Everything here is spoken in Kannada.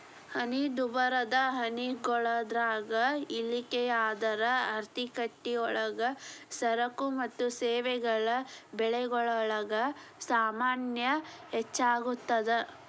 ಹಣದುಬ್ಬರದ ಹಣ ಕೊಳ್ಳೋದ್ರಾಗ ಇಳಿಕೆಯಾದ್ರ ಆರ್ಥಿಕತಿಯೊಳಗ ಸರಕು ಮತ್ತ ಸೇವೆಗಳ ಬೆಲೆಗಲೊಳಗ ಸಾಮಾನ್ಯ ಹೆಚ್ಗಿಯಾಗ್ತದ